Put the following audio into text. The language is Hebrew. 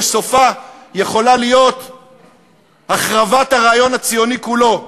שסופה יכול להיות החרבת הרעיון הציוני כולו.